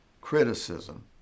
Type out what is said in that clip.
Criticism